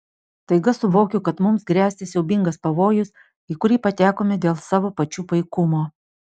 staiga suvokiu kad mums gresia siaubingas pavojus į kurį patekome dėl savo pačių paikumo